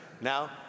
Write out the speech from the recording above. Now